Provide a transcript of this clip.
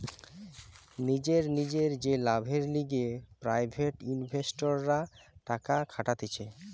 নিজের নিজের যে লাভের লিগে প্রাইভেট ইনভেস্টররা টাকা খাটাতিছে